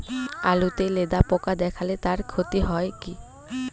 আলুতে লেদা পোকা দেখালে তার কি ক্ষতি হয়?